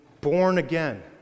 born-again